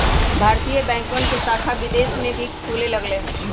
भारतीय बैंकवन के शाखा विदेश में भी खुले लग लय है